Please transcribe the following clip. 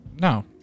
No